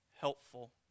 helpful